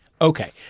Okay